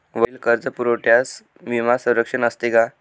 वरील कर्जपुरवठ्यास विमा संरक्षण असते का?